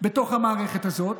המערכת הזאת,